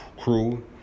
Crew